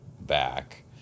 back